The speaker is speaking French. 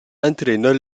entraineur